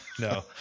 No